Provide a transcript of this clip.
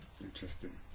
Interesting